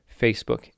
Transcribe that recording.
Facebook